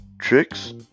tricks